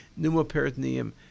pneumoperitoneum